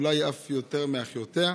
אולי אף יותר מאחיותיה.